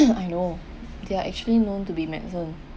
I know they are actually known to be medicine